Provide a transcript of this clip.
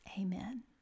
amen